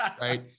Right